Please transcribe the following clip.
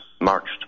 marched